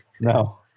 no